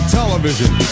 television